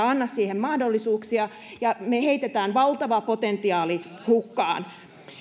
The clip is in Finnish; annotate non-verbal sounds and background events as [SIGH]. [UNINTELLIGIBLE] anna siihen mahdollisuuksia ja me heitämme valtavan potentiaalin hukkaan